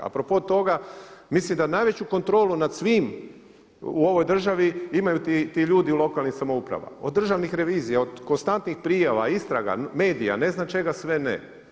A propo toga mislim da najveću kontrolu nad svim u ovoj državi imaju ti ljudi u lokalnim samoupravama, od državnih revizija, od konstantnih prijava, istraga, medija, ne znam čega sve ne.